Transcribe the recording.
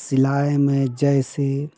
शिलाएँ में जैसे